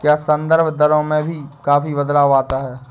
क्या संदर्भ दरों में भी काफी बदलाव आता है?